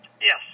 Yes